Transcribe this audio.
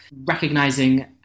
recognizing